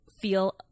feel